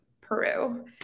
Peru